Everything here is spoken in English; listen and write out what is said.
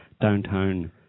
downtown